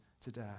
today